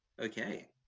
Okay